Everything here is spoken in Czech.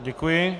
Děkuji.